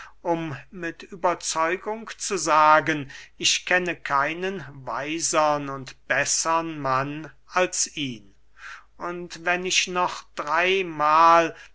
um mit überzeugung zu sagen ich kenne keinen weisern und bessern mann als ihn und wenn ich noch dreymahl